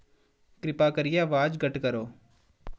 किरपा करियै अवाज घट्ट करो